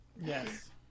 Yes